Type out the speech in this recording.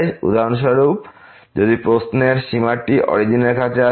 উদাহরণস্বরূপ যদি প্রশ্নের সীমাটি অরিজিনের কাছে আসে